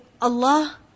Allah